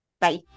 bye